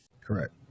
Correct